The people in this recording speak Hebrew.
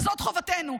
וזאת חובתנו.